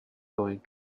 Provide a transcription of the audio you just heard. going